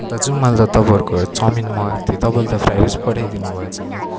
दाजु मैले त तपाईँहरूको चाउमिन मगाएको थिएँ तपाईँले त फ्राई राइस पठाइदिनु भएछ त